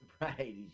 right